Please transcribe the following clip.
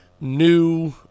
new